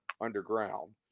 underground